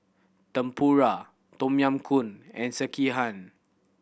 Tempura Tom Yam Goong and Sekihan